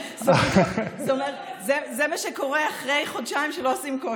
זה מה שקורה אחרי חודשיים שלא עושים כושר,